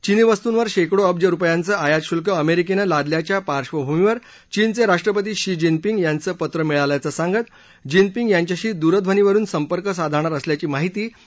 चिनी वस्तूंवर शेकडो अब्ज रुपयाचं आयातशुल्क अमरिकेनं लादल्याच्या पार्शभूमीवर चीनचे राष्ट्रपती शी जीन पिंग यांचं पत्र मिळाल्याचं सांगत जीन पिंग यांच्याशी दूरध्वनीवरून संपर्क साधणार असल्याची माहिती ट्रम्प यांनी दिली